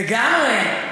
לגמרי.